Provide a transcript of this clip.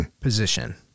position